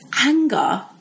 anger